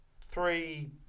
three